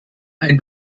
ein